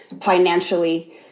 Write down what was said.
financially